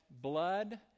blood